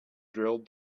drilled